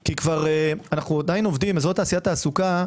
כי אזור תעשייה ותעסוקה